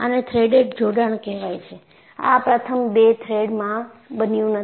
આને થ્રેડેડ જોડાણ કહેવાય છે આ પ્રથમ બે થ્રેડમાં બન્યું નથી